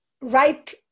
right